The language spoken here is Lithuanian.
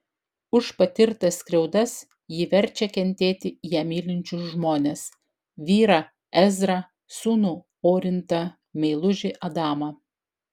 už patirtas skriaudas ji verčia kentėti ją mylinčius žmones vyrą ezrą sūnų orintą meilužį adamą